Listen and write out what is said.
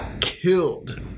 killed